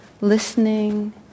listening